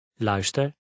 Luister